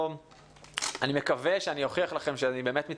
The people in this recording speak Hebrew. אני מקווה שאני אוכיח לכם שאני באמת מתכוון